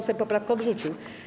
Sejm poprawkę odrzucił.